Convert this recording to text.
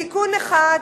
תיקון אחד,